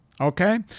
Okay